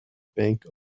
bank